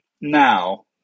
now